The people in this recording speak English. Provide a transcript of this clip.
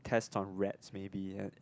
test on rats maybe and and